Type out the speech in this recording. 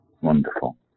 Wonderful